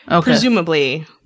presumably